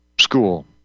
School